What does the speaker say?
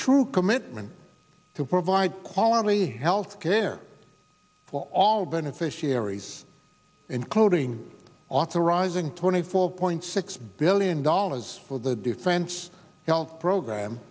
true commitment to provide quality health care for all beneficiaries including authorizing twenty four point six billion dollars for the defense health program